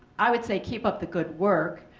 i would say keep up the good work.